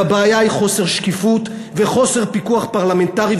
והבעיה היא חוסר שקיפות וחוסר פיקוח פרלמנטרי,